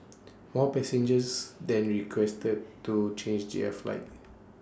more passengers then requested to change their flights